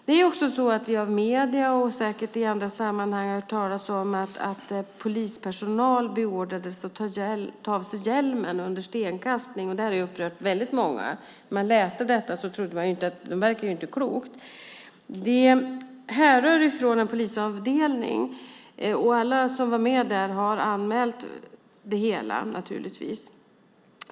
Det är också så att vi av medier och säkert i andra sammanhang hört talas om att polispersonal beordrades att ta av sig hjälmen under stenkastning, och det har upprört väldigt många. När man läste detta tyckte man ju att det inte verkade klokt. Detta härrör från en polisavdelning, och alla som var med där har naturligtvis anmält det hela.